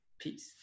peace